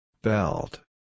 Belt